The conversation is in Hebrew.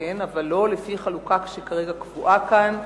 אבל לא לפי חלוקה שכרגע קבועה כאן.